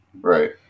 Right